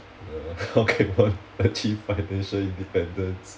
uh okay won't achieve financial independence